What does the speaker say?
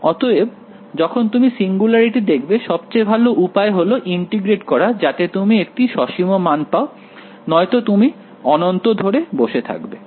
অতএব যখন তুমি সিঙ্গুলারিটি দেখবে সবচেয়ে ভালো উপায় হল ইন্টিগ্রেট করা যাতে তুমি একটি সসীম মান পাও নয়তো তুমি অনন্ত ধরে বসে থাকবে